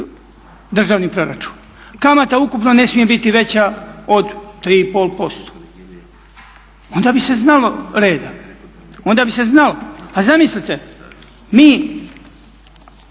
državni proračun, kamata ukupno ne smije biti veća od 3,5%, onda bi se znalo reda, onda bi se znalo. A zamislite, mi